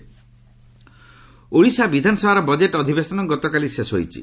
Odisha budget Odisha ବିଧାନସଭାର budget ଅଧିବେଶନ ଗତକାଲି ଶେଷ ହୋଇଛି